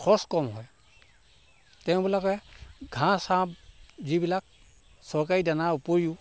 খৰচ কম হয় তেওঁ বোলে কয় ঘাঁহ চাঁহ যিবিলাক চৰকাৰী দানাৰ উপৰিও